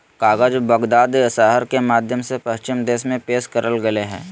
कागज बगदाद शहर के माध्यम से पश्चिम देश में पेश करल गेलय हइ